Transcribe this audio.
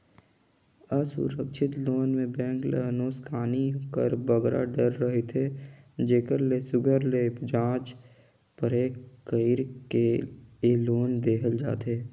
असुरक्छित लोन में बेंक ल नोसकानी कर बगरा डर रहथे जेकर ले सुग्घर ले जाँच परेख कइर के ए लोन देहल जाथे